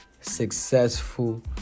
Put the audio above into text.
successful